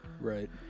Right